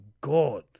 God